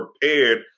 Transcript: prepared